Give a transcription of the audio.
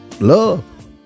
Love